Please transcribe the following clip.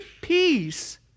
peace